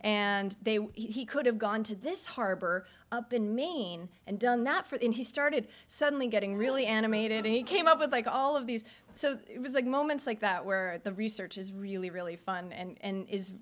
and they were he could have gone to this harbor up in maine and done that for him he started suddenly getting really animated and he came up with like all of these so it was like moments like that where the research is really really fun and